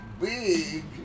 big